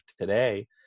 today